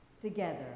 together